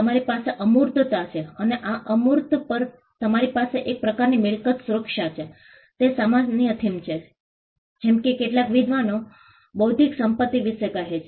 તમારી પાસે અમૂર્તતા છે અને આ અમૂર્ત પર તમારી પાસે એક પ્રકારની મિલકત સુરક્ષા છે તે સામાન્ય થીમ છે જેમ કે કેટલાક વિદ્વાનો બૌદ્ધિક સંપત્તિ વિશે કહે છે